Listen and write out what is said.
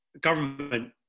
government